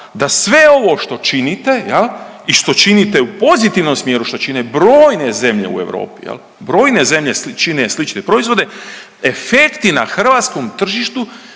da sve ovo što činite i što činite u pozitivnom smjeru, što čine brojne zemlje u Europi, brojne zemlje čine slične proizvode efekti na hrvatskom tržištu